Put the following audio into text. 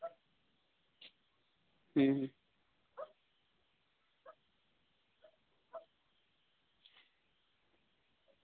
ᱦᱩᱸ